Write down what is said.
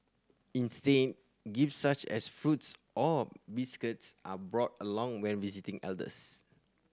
instead gifts such as fruits or biscuits are brought along when visiting elders